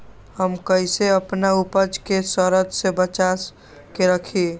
हम कईसे अपना उपज के सरद से बचा के रखी?